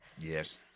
Yes